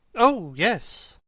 oh yes.